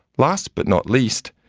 last but not least,